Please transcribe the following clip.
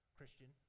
Christian